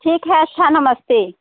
ठीक है अच्छा नमस्ते